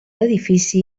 edifici